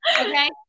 okay